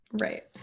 Right